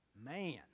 Man